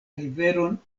riveron